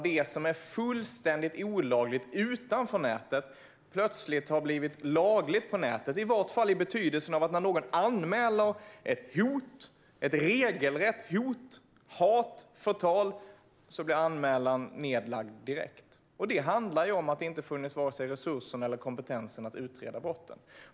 Det som är fullständigt olagligt utanför nätet har plötsligt blivit lagligt på nätet, i varje fall i betydelsen att när någon anmäler ett regelrätt hot, hat eller förtal blir anmälan nedlagd direkt. Det handlar ju om att det inte har funnits vare sig resurserna eller kompetensen att utreda brotten.